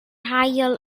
haul